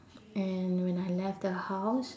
and when I left the house